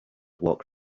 walk